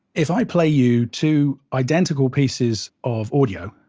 if i play you two identical pieces of audio,